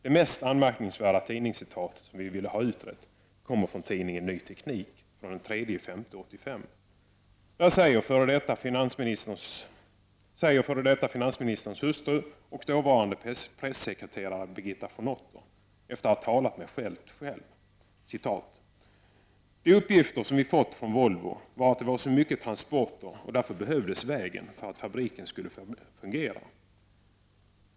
Det mest anmärkningsvärda tidningsuttalande som vi vill ha utrett kommer från tidningen Ny Teknik av den 3 maj 1985. Där säger den f.d. finansministerns hustru och dåvarande pressekreterare Birgitta von Otter efter att ha talat med Feldt själv: ”De uppgifter som vi fått från Volvo var att det var så mycket transporter och därför behövdes vägen för att fabriken skulle fungera.